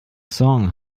song